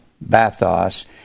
bathos